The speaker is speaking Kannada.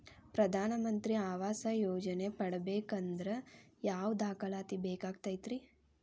ಪ್ರಧಾನ ಮಂತ್ರಿ ಆವಾಸ್ ಯೋಜನೆ ಪಡಿಬೇಕಂದ್ರ ಯಾವ ದಾಖಲಾತಿ ಬೇಕಾಗತೈತ್ರಿ?